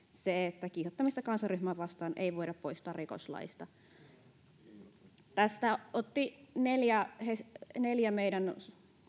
se että kiihottamista kansanryhmää vastaan ei voida poistaa rikoslaista tähän otti hesarin artikkelissa kantaa neljä meidän